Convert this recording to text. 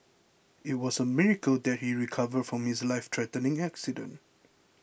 it was a miracle that he recovered from his life threatening accident